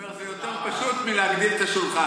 הוא אומר: זה יותר פשוט מלהגדיל את השולחן.